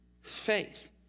faith